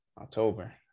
October